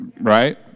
right